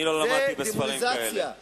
אני לא למדתי מספרים כאלה.